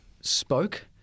spoke